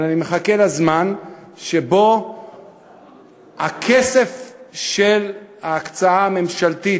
אבל אני מחכה לזמן שבו הכסף של ההקצאה הממשלתית,